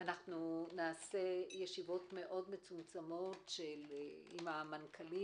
נעשה ישיבות מאוד מצומצמות עם המנכ"לים